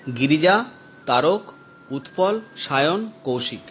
Girija Tarak Utpal Sayan Kaushik